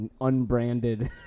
Unbranded